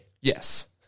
Yes